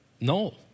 no